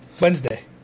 Wednesday